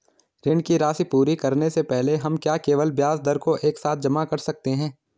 ऋण की राशि पूरी करने से पहले हम क्या केवल ब्याज दर को एक साथ जमा कर सकते हैं?